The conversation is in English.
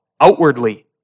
outwardly